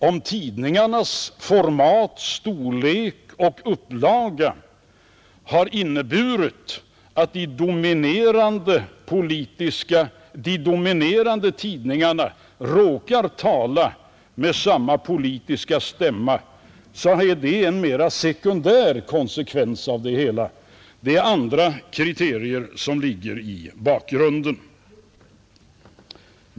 Om format, storlek och upplaga har inneburit att de dominerande tidningarna råkar tala med samma politiska stämma är det en mer sekundär konsekvens av det hela — det är andra kriterier som ligger i bakgrunden.